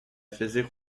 faisaient